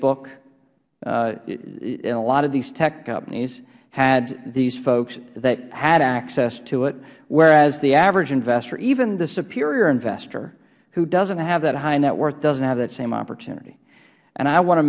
book a lot of these tech companies had these folks that had access to it whereas the average investor even the superior investor who doesn't have that high net worth doesn't have that same opportunity i want to